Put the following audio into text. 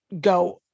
go